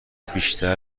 بیشتر